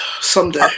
Someday